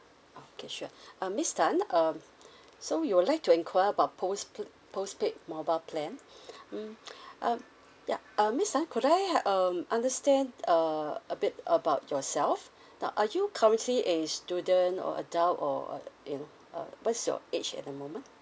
okay sure uh miss tan um so you would like to inquire about postp~ postpaid mobile plan mm um yeah uh miss tan could I ha~ um understand uh a bit about yourself now are you currently a student or adult or uh in uh what's your age at the moment